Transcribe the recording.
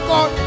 God